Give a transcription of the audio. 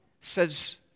says